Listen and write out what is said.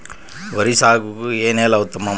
వరి సాగుకు ఏ నేల ఉత్తమం?